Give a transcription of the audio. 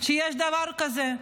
שיש דבר כזה.